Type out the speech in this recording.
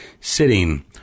sitting